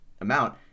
amount